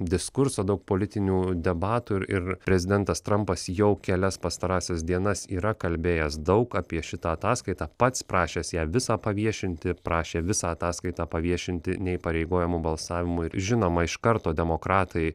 diskurso daug politinių debatų ir ir prezidentas trampas jau kelias pastarąsias dienas yra kalbėjęs daug apie šitą ataskaitą pats prašęs ją visą paviešinti prašė visą ataskaitą paviešinti neįpareigojamu balsavimu ir žinoma iš karto demokratai